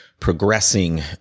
Progressing